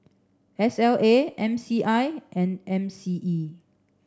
S L A M C I and M C E